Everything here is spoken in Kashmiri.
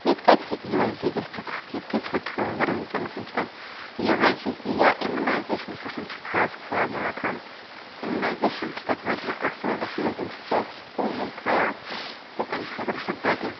ییٛتہِ کَتہِ ہیٚکہِ یوٗ اٮ۪س جی گٔژھِتھ ییٚتہِ کَتہِ مگر وٕنۍکٮ۪نَس وٕنہِ چھِ تَتہِ یوٗ اٮ۪س جی تہِ یا اِمُنایزیشنَس پٮ۪ٹھ چھُ خاص خیال یِوان تھاونہٕ اِمُنایزیشَن چھِ تَتہِ واریاہ اَصٕل تَتھ منٛز چھِ صاف صفٲیی ہُنٛد خیال تہٕ تَمہِ خٲطرٕ چھُ تَتہِ